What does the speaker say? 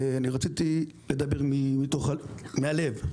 רציתי לדבר מהלב.